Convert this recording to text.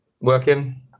working